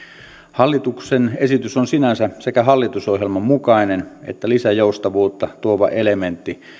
hallituksen esitys on sinänsä sekä hallitusohjelman mukainen että lisäjoustavuutta tuova elementti